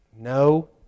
No